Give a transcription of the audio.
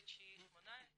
ב-6.9.18